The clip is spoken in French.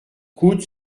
coude